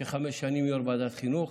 הייתי חמש שנים יושב-ראש ועדת חינוך